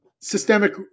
systemic